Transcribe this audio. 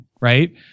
right